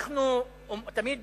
אנחנו תמיד